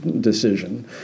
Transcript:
decision